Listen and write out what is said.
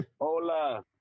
Hola